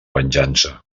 venjança